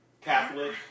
Catholic